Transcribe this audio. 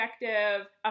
effective